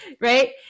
Right